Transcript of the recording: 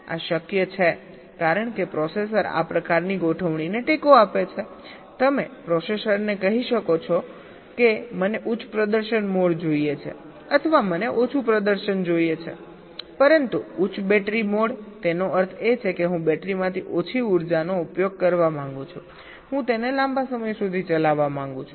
આ શક્ય છે કારણ કે પ્રોસેસર આ પ્રકારની ગોઠવણીને ટેકો આપે છે તમે પ્રોસેસરને કહી શકો છો કે મને ઉચ્ચ પ્રદર્શન મોડ જોઈએ છે અથવા મને ઓછું પ્રદર્શન જોઈએ છે પરંતુ ઉચ્ચ બેટરી મોડતેનો અર્થ એ કે હું બેટરીમાંથી ઓછી ઉર્જાનો ઉપયોગ કરવા માંગુ છુંહું તેને લાંબા સમય સુધી ચલાવવા માંગુ છું